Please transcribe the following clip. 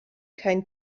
kein